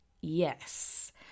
Yes